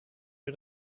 für